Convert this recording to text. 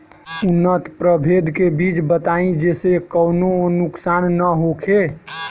उन्नत प्रभेद के बीज बताई जेसे कौनो नुकसान न होखे?